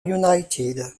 united